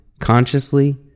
consciously